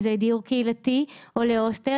אם זה דיור קהילתי או הוסטל,